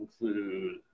include